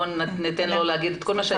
בואי נאפשר לו להגיד את כל מה שיש,